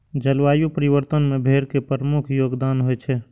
जलवायु परिवर्तन मे भेड़ के प्रमुख योगदान होइ छै